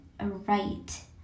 right